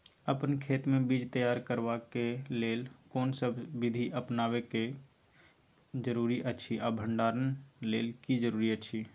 अपन खेत मे बीज तैयार करबाक के लेल कोनसब बीधी अपनाबैक जरूरी अछि आ भंडारण के लेल की जरूरी अछि?